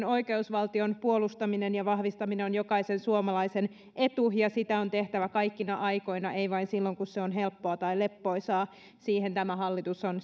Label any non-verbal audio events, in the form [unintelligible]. [unintelligible] oikeusvaltion puolustaminen ja vahvistaminen on jokaisen suomalaisen etu ja sitä on tehtävä kaikkina aikoina ei vain silloin kun se on helppoa tai leppoisaa siihen tämä hallitus on [unintelligible]